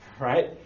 right